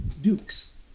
Dukes